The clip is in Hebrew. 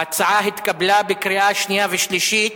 ההצעה התקבלה בקריאה שנייה ושלישית.